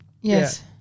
Yes